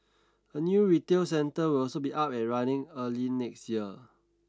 a new retail centre will also be up and running early next year